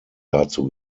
dazu